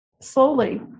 slowly